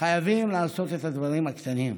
חייבים לעשות את הדברים הקטנים,